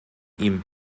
ihm